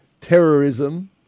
terrorism